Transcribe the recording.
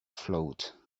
float